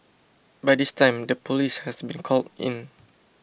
by this time the police has been called in